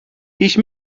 ich